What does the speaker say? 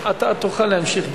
אתה תוכל להמשיך.